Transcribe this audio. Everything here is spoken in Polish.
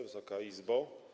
Wysoka Izbo!